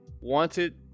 Wanted